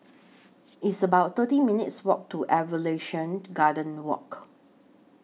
It's about thirty minutes' Walk to Evolution Garden Walk